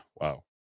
Wow